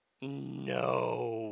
No